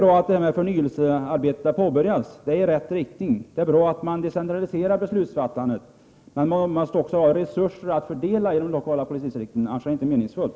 Att förnyelsearbetet har påbörjats är ett steg i rätt riktning. Det är bra att vi decentraliserar beslutsfattandet, men det måste också inom de lokala polisdistrikten finnas resurser att fördela. Annars är det hela inte meningfullt.